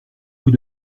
vous